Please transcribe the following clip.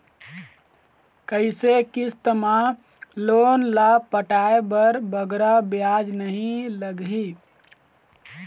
कइसे किस्त मा लोन ला पटाए बर बगरा ब्याज नहीं लगही?